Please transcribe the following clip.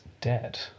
dead